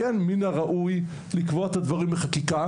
כן מן הראוי לקבוע את הדברים בחקיקה